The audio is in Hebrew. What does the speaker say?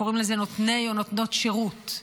קוראים לזה נותני נותנות שירות.